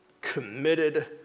committed